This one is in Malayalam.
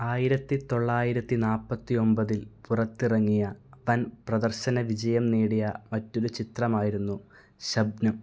ആയിരത്തി തൊള്ളായിരത്തി നാൽപ്പത്തി ഒമ്പതിൽ പുറത്തിറങ്ങിയ വന് പ്രദര്ശന വിജയം നേടിയ മറ്റൊരു ചിത്രമായിരുന്നു ശബ്നം